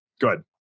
good